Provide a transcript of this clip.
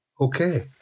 okay